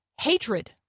hatred